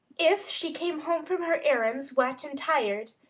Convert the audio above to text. if she came home from her errands wet and tired,